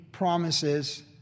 Promises